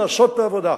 לעשות את העבודה.